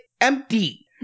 empty